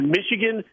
Michigan